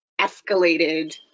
escalated